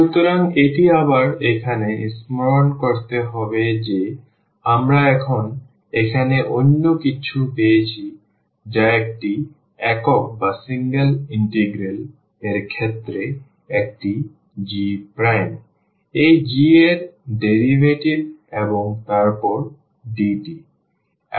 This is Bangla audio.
সুতরাং এটি আবার এখানে স্মরণ করতে হবে যে আমরা এখন এখানে অন্য কিছু পেয়েছি যা একটি একক ইন্টিগ্রাল এর ক্ষেত্রে এটি g prime এই g এর ডেরিভেটিভ এবং তারপর dt